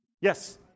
Yes